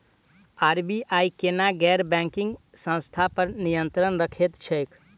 RBI केना गैर banking संस्था पर नियत्रंण राखैत छैक?